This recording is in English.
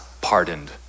pardoned